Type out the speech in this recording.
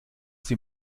sie